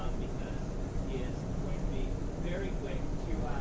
um because he is going to be very quick to